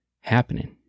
happening